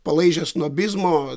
palaižę snobizmo